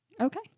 Okay